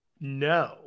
No